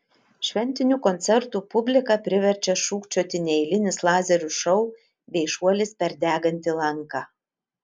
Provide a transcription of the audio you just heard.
šventinių koncertų publiką priverčia šūkčioti neeilinis lazerių šou bei šuolis per degantį lanką